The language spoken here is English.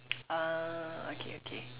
uh okay okay